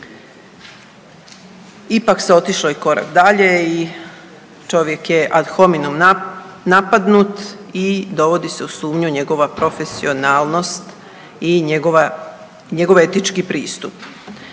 Ipak se otišlo i korak dalje i čovjek je ad hominem napadnut i dovodi se u sumnju njegova profesionalnost i njego etički pristup.